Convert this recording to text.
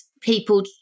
people